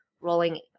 rolling